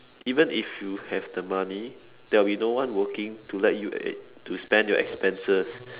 even if you have the money there'll be no one working to let you uh to spend your expenses